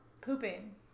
pooping